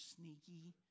sneaky